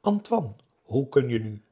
antoine hoe kun je nu